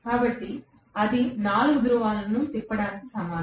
కాబట్టి అది 4 ధ్రువాలను తిప్పడానికి సమానం